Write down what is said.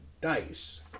dice